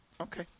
Okay